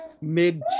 mid